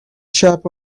chap